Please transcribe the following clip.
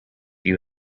you